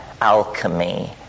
alchemy